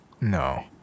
No